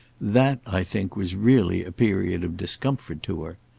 that, i think, was really a period of discomfort to her.